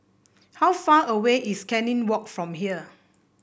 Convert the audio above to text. how far away is Canning Walk from here